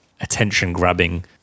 attention-grabbing